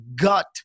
gut